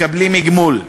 מקבלים גמול.